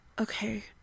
Okay